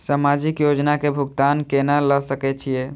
समाजिक योजना के भुगतान केना ल सके छिऐ?